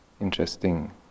interesting